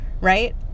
right